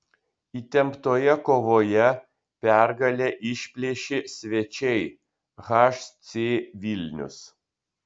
įtemptoje kovoje pergalę išplėšė svečiai hc vilnius